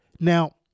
Now